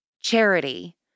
charity